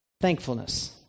Thankfulness